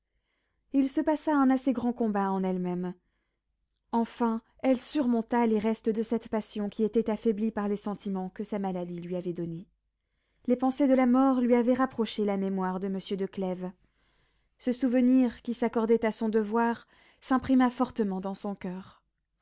il se passa un assez grand combat en elle-même enfin elle surmonta les restes de cette passion qui était affaiblie par les sentiments que sa maladie lui avait donnés les pensées de la mort lui avaient reproché la mémoire de monsieur de clèves ce souvenir qui s'accordait à son devoir s'imprima fortement dans son coeur